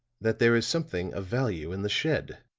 that there is something of value in the shed.